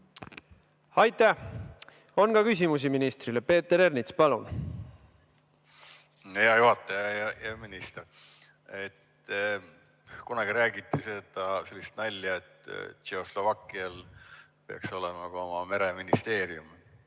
Aitäh! On ka küsimusi ministrile. Peeter Ernits, palun! (Kaugühendus)Hea juhataja ja hea minister! Kunagi räägiti sellist nalja, et Tšehhoslovakkias peaks olema ka oma mereministeerium.